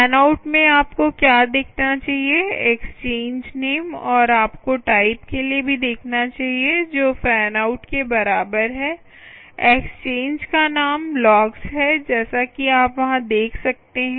fan out में आपको क्या देखना चाहिए एक्सचेंज नाम और आपको टाइप के लिए भी देखना चाहिए जो फैन आउट के बराबर है एक्सचेंज का नाम लॉग है जैसा कि आप वहां देख सकते हैं